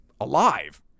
alive